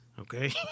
Okay